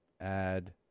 add